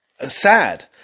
sad